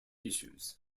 issues